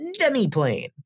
Demiplane